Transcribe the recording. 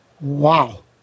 Wow